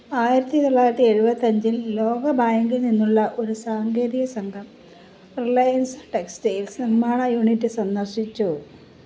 ആയിരത്തി തൊള്ളായിരത്തി എഴുപത്തഞ്ചിൽ ലോകബാങ്കിൽ നിന്നുള്ള ഒരു സാങ്കേതിക സംഘം റിലയൻസ് ടെക്സ്റ്റൈൽസ് നിർമ്മാണ യൂണിറ്റ് സന്ദർശിച്ചു